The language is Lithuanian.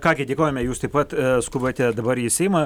ką gi dėkojame jūs taip pat skubate dabar į seimą